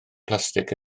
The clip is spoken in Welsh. plastig